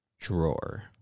drawer